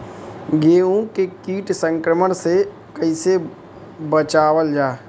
गेहूँ के कीट संक्रमण से कइसे बचावल जा?